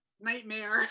nightmare